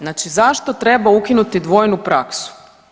Znači zašto treba ukinuti dvojnu praksu?